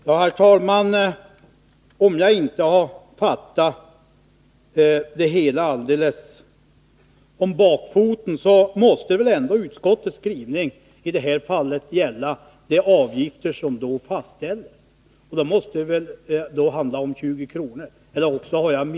Herr talman! Om jag inte har fått det hela om bakfoten måste väl utskottets skrivning gälla de avgifter som då fastställdes. Då måste det handla om 20 kr.